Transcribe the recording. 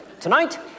Tonight